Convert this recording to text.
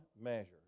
measure